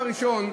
דבר ראשון,